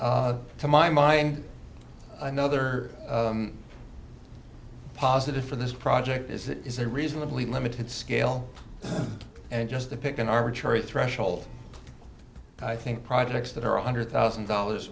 to my mind another positive for this project is that it is a reasonably limited scale and just to pick an arbitrary threshold i think projects that are one hundred thousand dollars